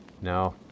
no